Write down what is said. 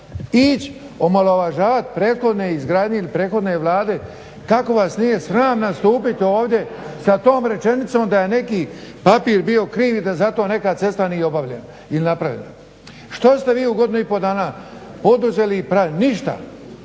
ići omalovažavati prethodne izgradnje prethodne Vlade, kako vas nije sram nastupiti ovdje sa tom rečenicom da je neki papir bio krivi i da zato neka cesta nije obavljena ili napravljena? Što ste vi u godinu i pol dana poduzeli i napravili? Ništa.